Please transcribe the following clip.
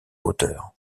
hauteur